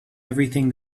everything